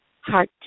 heart